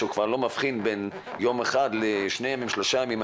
שהוא כבר לא מבחין בין יום אחד ליומיים או שלושה ימים,